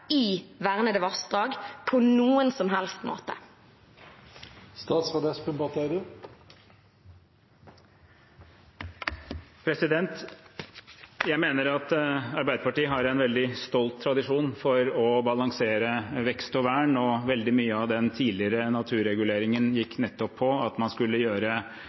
i vernede vassdrag. Jeg mener at Arbeiderpartiet har en veldig stolt tradisjon for å balansere vekst og vern. Veldig mye av den tidligere naturreguleringen gikk nettopp på at man skulle